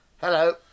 Hello